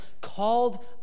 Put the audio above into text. called